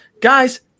guys